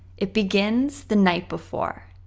it begins the night before.